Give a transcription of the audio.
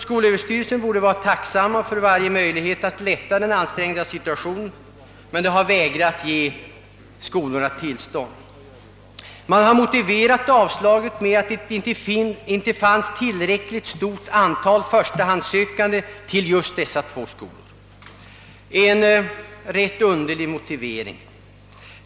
Skolöverstyrelsen borde vara tacksam för varje möjlighet att lätta den ansträngda situationen men har vägrat att ge skolor na det begärda tillståndet. Avslaget har motiverats med att det inte finns tillräckligt stort antal förstahandssökande till just dessa två skolor — en rätt underlig motivering.